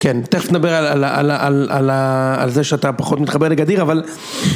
‫כן, תכף נדבר על זה ‫שאתה פחות מתחבר לגדיר, אבל...